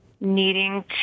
needing